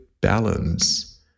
balance